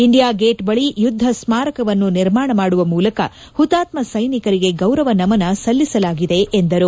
India gate ಬಳಿ ಯುದ್ದ ಸ್ನಾರಕವನ್ನು ನಿರ್ಮಾಣ ಮಾಡುವ ಮೂಲಕ ಹುತಾತ್ನ ಸೈನಿಕರಿಗೆ ಗೌರವ ನಮನ ಸಲ್ಲಿಸಲಾಗಿದೆ ಎಂದರು